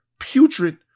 putrid